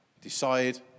Decide